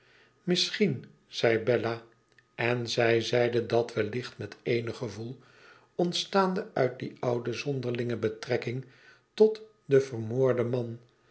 imisschien zei bella en zij zeide dat wellicht met eenig gevoel ontstaande uit die oude zonderlinge betrekking tot den vermoorden man